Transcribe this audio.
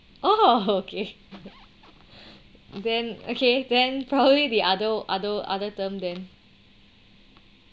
oh okay then okay then probably the other other other term then